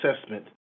assessment